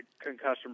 concussion